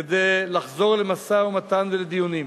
כדי לחזור למשא-ומתן ולדיונים.